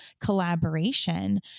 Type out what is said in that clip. collaboration